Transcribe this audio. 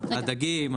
הדגים,